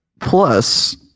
Plus